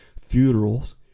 funerals